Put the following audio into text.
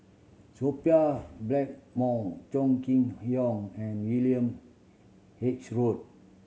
Sophia Blackmore Chong Kee Hiong and William H Read